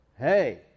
hey